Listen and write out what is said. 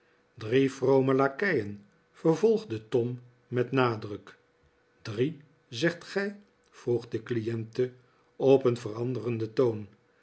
drie vrome lakeien vervolgde tom met nadruk drie zegt gij vroeg de cliente op een veranderden toon